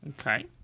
Okay